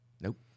Nope